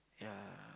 ya